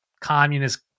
communist